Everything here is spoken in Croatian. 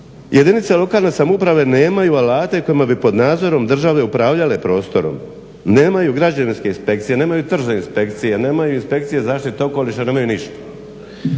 Jedinice lokalne samouprave nemaju alata i kojima bi pod nadzorom države upravljale prostorom, nemaju građevinske inspekcije, nemaju tržne inspekcije, nemaju inspekcije zaštite okoliša, nemaju ništa.